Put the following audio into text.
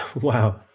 Wow